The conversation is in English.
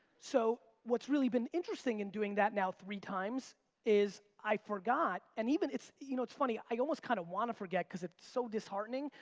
so, what's really been interesting in doing that now three times is i forgot, and even it's, you know, it's funny, i almost kinda want to forget, cause it's so disheartening.